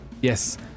Yes